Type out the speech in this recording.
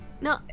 No